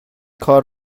کار